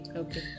okay